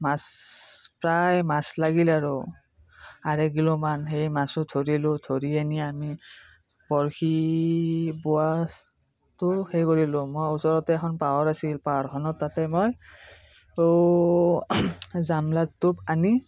মাছ প্ৰায় মাছ লাগিল আৰু আঢ়ৈ কিলোমান সেই মাছো ধৰিলোঁ ধৰি আনি আমি বৰশী বোৱাটো হেৰি কৰিলোঁ মই ওচৰতে এখন পাহাৰ আছিল পাহাৰখনৰ তাতে মই ত' জামলা টোপ আনি